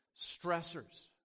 stressors